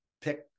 Pick